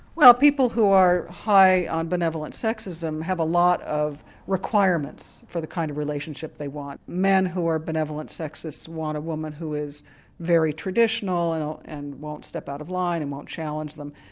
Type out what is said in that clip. well people who are high on benevolent sexism have a lot of requirements for the kind of relationship they want. men who are benevolent sexists want a woman who is very traditional and and won't step out of line, and won't challenge them.